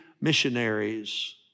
missionaries